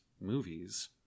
movies